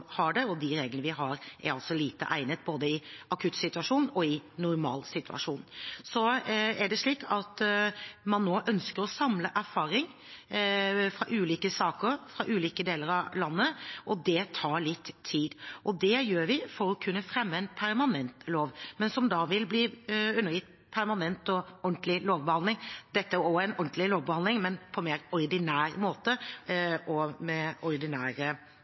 har det, og de reglene vi har, er lite egnet både i en akuttsituasjon og i en normalsituasjon. Så er det slik at man nå ønsker å samle erfaring fra ulike saker, fra ulike deler av landet, og det tar litt tid. Det gjør vi for å kunne fremme en permanent lov, men som da vil bli undergitt permanent og ordentlig lovbehandling – det er en ordentlig lovbehandling, dette også, men altså: da på mer ordinær måte og med ordinære